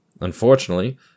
Unfortunately